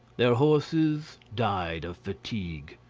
their horses died of fatigue.